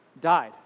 died